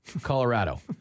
Colorado